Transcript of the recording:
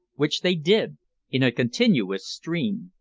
which they did in a continuous stream.